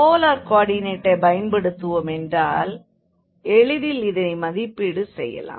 polar கோ ஆர்டினேட்டைப் பயன் படுத்துவோமென்றால் எளிதில் இதனை மதிப்பீடு செய்யலாம்